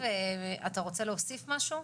מה אתה רוצה לעשות שם?